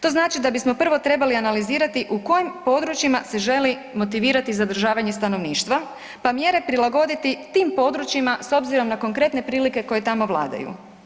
To znači da bismo prvo trebali analizirati u kojim područjima se želi motivirati zadržavanje stanovništva, pa mjere prilagoditi tim područjima s obzirom na konkretne prilike koje tamo vladaju.